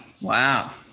wow